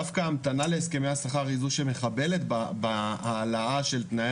דווקא ההמתנה להסכמי השכר היא זו שמחבלת בהעלאה של תנאי